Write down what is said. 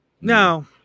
Now